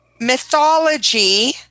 mythology